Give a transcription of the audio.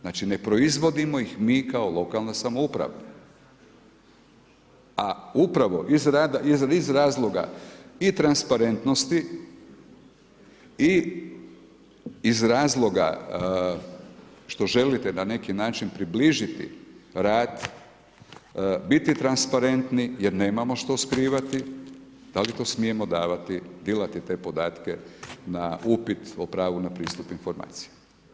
Znači ne proizvodimo ih mi kao lokalna samouprava a upravo iz razloga i transparentnosti i iz razloga što želite na neki način približiti rad, biti transparentni jer nemamo što skrivati, da li to davati, dilati te podatke na upit o pravu na pristup informaciji?